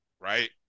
right